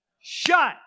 shut